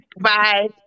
Bye